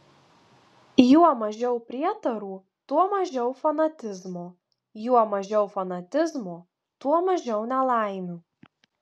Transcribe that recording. juo mažiau prietarų tuo mažiau fanatizmo juo mažiau fanatizmo tuo mažiau nelaimių